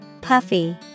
Puffy